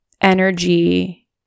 energy